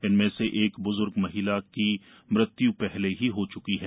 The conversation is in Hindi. इनमें से एक बुज़र्ग महिला की मृत्य् पहले ही हो च्की है